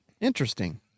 Interesting